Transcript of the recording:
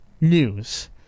news